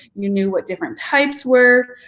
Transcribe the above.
you knew what different types were.